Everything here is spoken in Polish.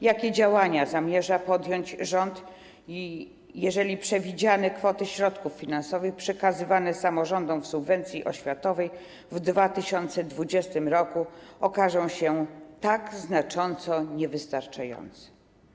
Jakie działania zamierza podjąć rząd, jeżeli przewidziane kwoty środków finansowych przekazywane samorządom w subwencji oświatowej w 2020 r. okażą się tak znacząco niewystarczające?